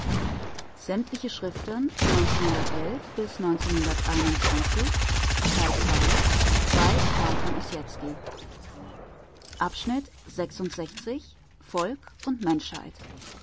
volks-zeitung volk und menschheit